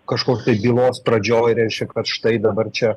kažkur tai bylos pradžioj reiškia kad štai dabar čia